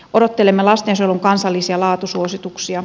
odottelemme lastensuojelun kansallisia laatusuosituksia